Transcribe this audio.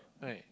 right